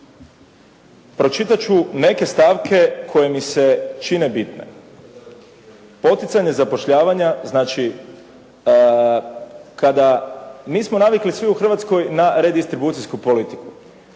Pročitat ću neke stavke koje mi se čine bitne. Poticanje zapošljavanja, znači kada. Mi smo navikli svi u Hrvatskoj na redistribucijsku politiku,